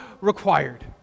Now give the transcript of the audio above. required